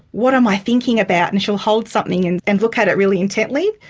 what am i thinking about? and she'll hold something and and look at it really intensely,